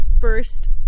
first